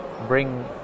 bring